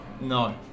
no